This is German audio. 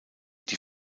die